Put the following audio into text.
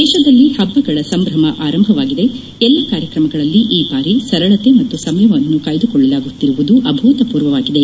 ದೇಶದಲ್ಲಿ ಹಬ್ಬಗಳ ಸಂಭ್ರಮ ಆರಂಭವಾಗಿದೆ ಎಲ್ಲ ಕಾರ್ಯಕ್ರಮಗಳಲ್ಲಿ ಈ ಬಾರಿ ಸರಳತೆ ಮತ್ತು ಸಂಯಮವನ್ನು ಕಾಯ್ದುಕೊಳ್ಳಲಾಗುತ್ತಿರುವುದು ಅಭೂತಪೂರ್ವವಾಗಿದೆ